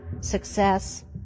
success